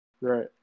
Right